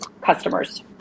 customers